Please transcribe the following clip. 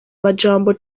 majambo